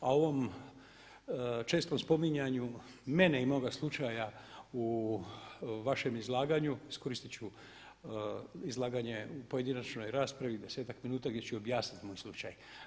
A u ovom čestom spominjanju mene i moga slučaja u vašem izlaganju iskoristit ću izlaganje u pojedinačnoj raspravi desetak minuta gdje ću objasniti moj slučaj.